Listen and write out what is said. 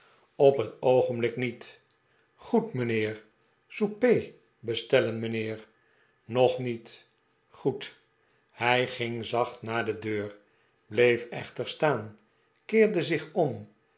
op het oogenblik niet goed mijnheer souper bestellen mijn heer nog niet goed mijnheer hij ging zacht naar de deur bleef echter staan keerde zich om